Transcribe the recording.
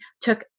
took